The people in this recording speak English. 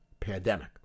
Pandemic